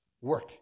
work